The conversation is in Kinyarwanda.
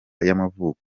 y’amavuko